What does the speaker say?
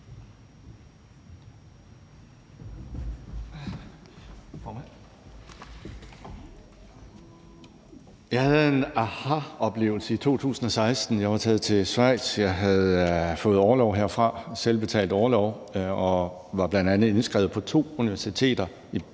Jeg havde en ahaoplevelse i 2016. Jeg var taget til Schweiz, jeg havde fået selvbetalt orlov herfra og var bl.a. indskrevet på to universiteter – et